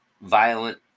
violent